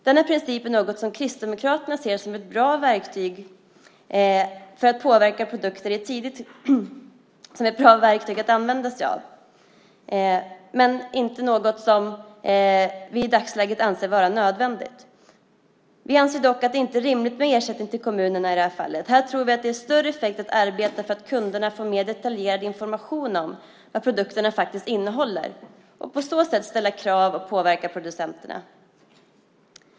Denna princip är något som Kristdemokraterna ser som ett bra verktyg att använda sig av. Men det är inte något som vi i dagsläget anser vara nödvändigt. Vi anser dock att det inte är rimligt med ersättning till kommunerna i det här fallet. Här tror vi det har en större effekt att arbeta för att kunderna får mer detaljerad information om vad produkterna faktiskt innehåller och på så sätt ställa krav och påverka producenterna.